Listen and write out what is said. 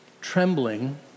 trembling